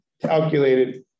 calculated